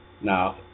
Now